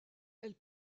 elle